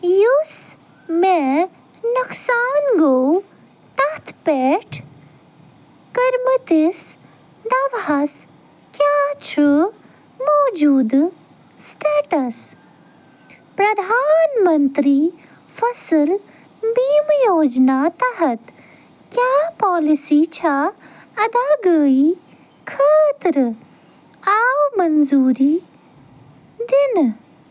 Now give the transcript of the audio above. یُس مےٚ نۄقصان گوٚو تَتھ پٮ۪ٹھ کٔرۍمٕتِس دَوہَس کیٛاہ چھُ موجوٗدٕ سِٹیٹَس پردھان منتری فَصٕل بیٖمہٕ یوجنہ تحت کیٛاہ پالسی چھا اداگٲیی خٲطرٕ آو منظوٗری دِنہٕ